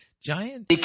Giant